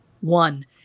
one